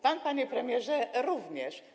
Pan, panie premierze, również.